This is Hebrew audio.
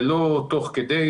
ולא תוך כדי.